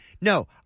No